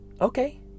okay